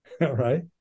right